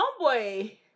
Homeboy